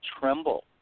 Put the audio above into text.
tremble